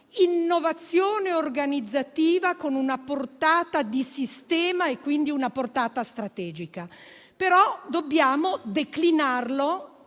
innovazione organizzativa con una portata di sistema e, quindi, una portata strategica. Dobbiamo declinarlo,